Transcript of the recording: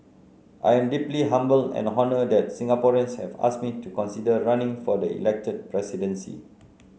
I am deeply humbled and honoured that Singaporeans have asked me to consider running for the elected presidency